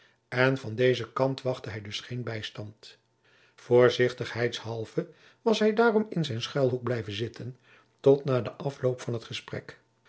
en van dezen kant wachtte hij dus geen bijstand voorzichtigjacob van lennep de pleegzoon heidshalve was hij daarom in zijn schuilhoek blijven zitten tot na den afloop van t gesprek